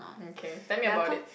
okay tell me about it